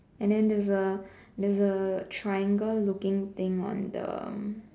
and then there's a there's a triangle looking thing on the